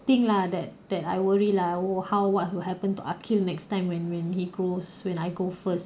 thing lah that that I worry lah who how what will happen to arkil next time when when he grows when I go first